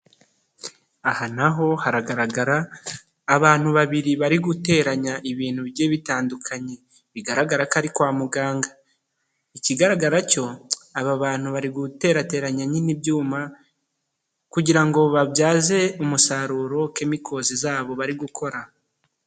Aha naho haragaragara abantu babiri bari guteranya ibintu bigiye bitandukanye bigaragara ko ari kwa muganga, ikigaragara cyo aba bantu bari guterateranya nyine ibyuma kugira ngo babyaze umusaruro kemikozi zabo bari gukora.